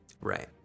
Right